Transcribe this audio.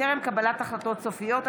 בטרם קבלת החלטות סופיות.